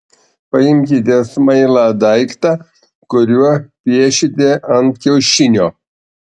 paimkite smailą daiktą kuriuo piešite ant kiaušinio